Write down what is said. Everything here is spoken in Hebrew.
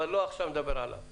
אבל לא נדבר עליו עכשיו.